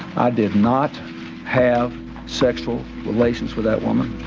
i did not have sexual relations with that woman,